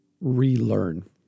relearn